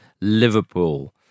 Liverpool